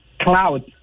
clouds